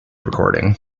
recording